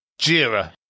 Jira